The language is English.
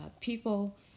people